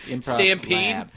Stampede